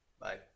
Bye